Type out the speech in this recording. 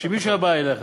שמישהו היה בא אליך